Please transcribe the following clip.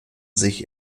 sich